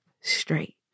straight